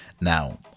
Now